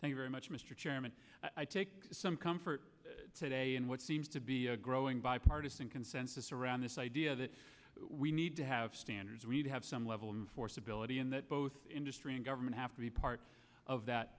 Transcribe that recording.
you very much mr chairman i take some comfort today in what seems to be a growing bipartisan consensus around this idea that we need to have standards we need to have some level of force ability in that both industry and government have to be part of that